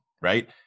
right